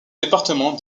département